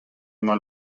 mal